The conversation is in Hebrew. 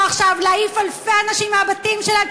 עכשיו להעיף אלפי אנשים מהבתים שלהם,